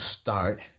start